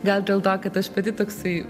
gal dėl to kad aš pati toksai